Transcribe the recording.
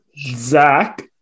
Zach